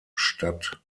statt